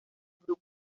grupo